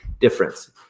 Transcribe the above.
difference